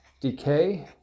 decay